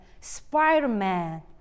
Spider-Man